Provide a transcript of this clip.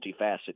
multifaceted